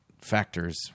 factors